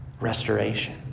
restoration